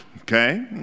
okay